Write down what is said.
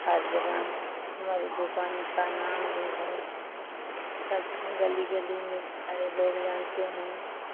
हर जगह हमारी दुकान का नाम भी है गली गली में सारे लोग जानते हैं